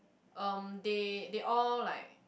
um they they all like